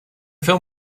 film